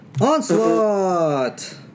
Onslaught